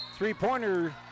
Three-pointer